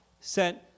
sent